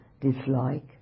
dislike